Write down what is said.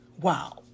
Wow